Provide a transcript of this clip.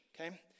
Okay